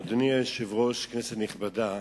אדוני היושב-ראש, כנסת נכבדה,